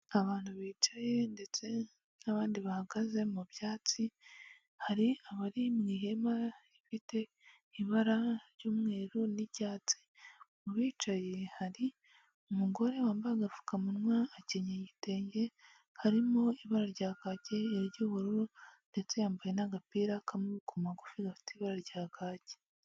Abantu bicaye ndetse n'abandi bahagaze mu byatsi, hari abari mu ihema rifite ibara ry'umweru n'icyatsi, mu bicaye hari umugore wambaye agapfukamunwa akenyeye igitenge harimo ibara rya kake iry'ubururu ndetse yambaye n'agapira k'amaboko magufi gafite ibara rya kaki.